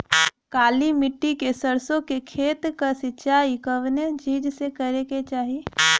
काली मिट्टी के सरसों के खेत क सिंचाई कवने चीज़से करेके चाही?